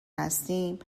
هستیم